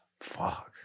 Fuck